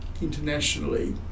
internationally